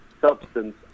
substance